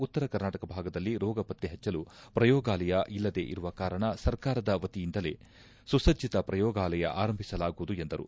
ಉತ್ತರ ಕರ್ನಾಟಕ ಭಾಗದಲ್ಲಿ ರೋಗ ಪತ್ತೆ ಪಚ್ಚಲು ಪ್ರಯೋಗಾಲಯ ಇಲ್ಲದೇ ಇರುವ ಕಾರಣ ಸರ್ಕಾರದ ವತಿಯಿಂದಲ್ಲೇ ಸುಸಜ್ಜತ ಪ್ರಯೋಗಾಲಯ ಆರಂಭಿಸಲಾಗುವುದು ಎಂದರು